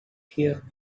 here